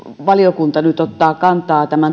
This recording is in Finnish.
valiokunta nyt ottaa kantaa tämän